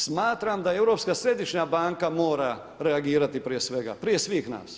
Smatram da Europska središnja banka mora reagirati prije svega, prije svih nas.